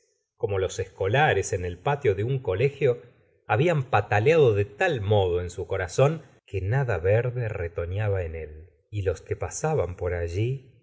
como los escolares ea el patio de un colegio habían pataleado de tal modo en su corazón que na da verde retoñaba en él y los que pasaban por alli